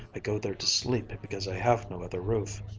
i go there to sleep because i have no other roof.